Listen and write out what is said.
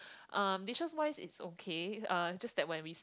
um dishes wise is okay uh just that when we